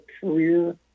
Career